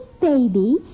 baby